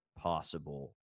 possible